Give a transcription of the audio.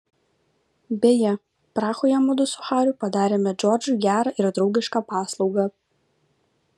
beje prahoje mudu su hariu padarėme džordžui gerą ir draugišką paslaugą